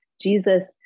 Jesus